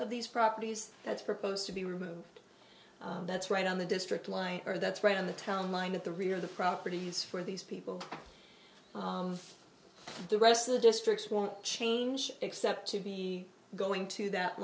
of these properties that's proposed to be removed that's right on the district line or that's right on the town line at the rear of the properties for these people the rest of the districts won't change except to be going to that